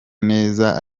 neza